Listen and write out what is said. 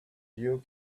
you